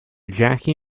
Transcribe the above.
jackie